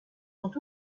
sont